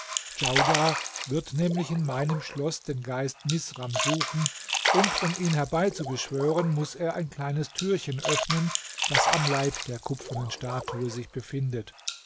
djaudar wird nämlich in meinem schloß den geist misram suchen und um ihn herbei zu beschwören muß er ein kleines türchen öffnen das am leib der kupfernen statue sich befindet